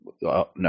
No